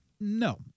No